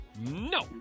No